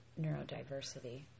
neurodiversity